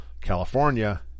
California